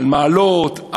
על מעלות,